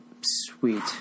sweet